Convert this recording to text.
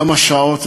כמה שעות,